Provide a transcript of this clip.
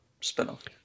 spin-off